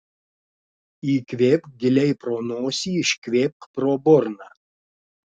įkvėpk giliai pro nosį iškvėpk pro burną